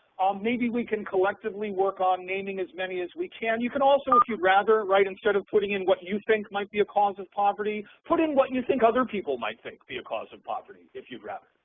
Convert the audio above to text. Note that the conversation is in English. maybe we can collectively work on naming as many as we can. you could also, if you'd rather, write, instead of putting in what you think might be a cause of poverty, put in what you think other people might think be a cause of poverty if you'd rather.